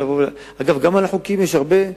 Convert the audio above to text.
אגב, גם על החוקיים יש הרבה,